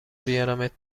بیارمت